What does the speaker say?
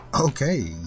Okay